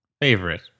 Favorite